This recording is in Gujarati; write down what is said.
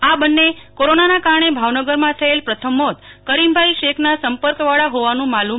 આ બંને કોરોના ને કારણે ભાવનગરમાં થયેલા પ્રથમ મોત કરીમભાઈ શેખ ના સંપર્કવાળા હોવનું માલુમ પડ્યું છે